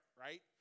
right